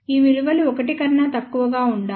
ఈ విలువలు 1 కన్నా తక్కువ గా ఉండాలి